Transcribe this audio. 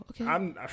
okay